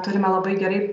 turime labai gerai